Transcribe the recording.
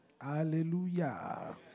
Hallelujah